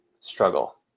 struggle